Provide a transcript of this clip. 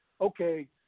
okay